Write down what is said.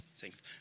Thanks